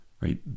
right